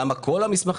למה כל המסמכים?